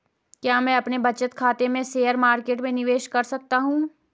क्या मैं अपने बचत खाते से शेयर मार्केट में निवेश कर सकता हूँ?